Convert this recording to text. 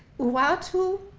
while to